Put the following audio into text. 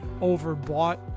overbought